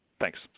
Thanks